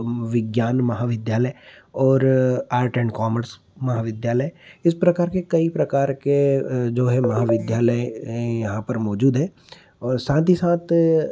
विज्ञान महाविद्यालय और आर्ट एंड कॉमर्स महाविद्यालय इस प्रकार के कई प्रकार के के जो हैं महाविद्यालय यहाँ पर मोजूद हैं और साथ ही साथ